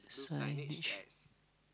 signage